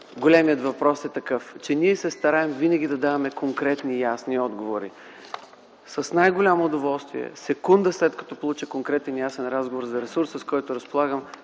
големият въпрос е такъв, че ние се стараем винаги да даваме конкретни и ясни отговори. С най-голямо удоволствие секунда след като получа конкретен и ясен разговор за ресурс, с който разполагам,